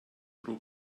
pro